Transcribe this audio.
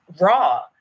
raw